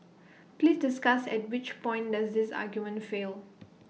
please discuss at which point does this argument fail